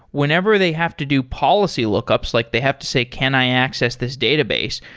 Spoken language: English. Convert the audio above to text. whenever they have to do policy lookups, like they have to say, can i access this database?